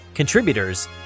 contributors